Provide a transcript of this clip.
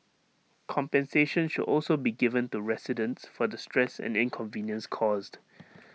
compensation should also be given to residents for the stress and inconvenience caused